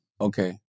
Okay